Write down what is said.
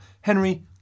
Henry